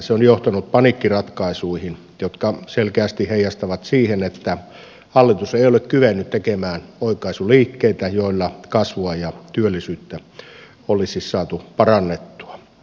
se on johtanut paniikkiratkaisuihin jotka selkeästi heijastavat siihen että hallitus ei ole kyennyt tekemään oikaisuliikkeitä joilla kasvua ja työllisyyttä olisi saatu parannettua